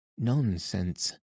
Nonsense